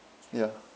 ya